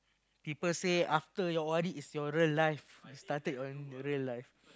people say after your O_R_D is your real life started on your real life